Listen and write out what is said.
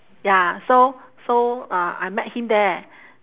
ya so so uh I met him there